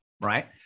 Right